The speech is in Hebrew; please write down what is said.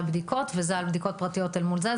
בדיקות וזה על בדיקות פרטיות אל מול זה,